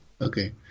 Okay